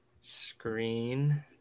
screen